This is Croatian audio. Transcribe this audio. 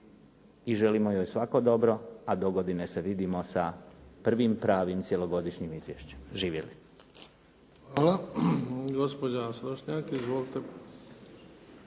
i želimo joj svako dobro a do godine se vidimo sa prvim pravim cjelogodišnjim izvješćem. Živjeli.